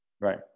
Right